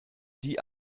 die